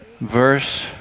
verse